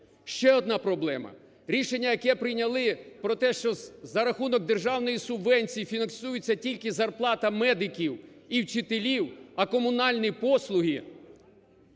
Ще одна проблема. Рішення, яке прийняли про те, що за рахунок державної субвенції фінансуються тільки зарплата медиків і вчителів, а комунальні послуги і